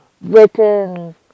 written